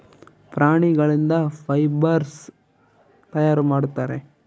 ಪ್ರಾಣಿಗಳಿಂದ ಫೈಬರ್ಸ್ ತಯಾರು ಮಾಡುತ್ತಾರೆ